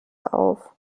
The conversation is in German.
auf